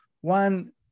one